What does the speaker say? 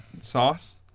sauce